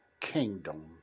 kingdom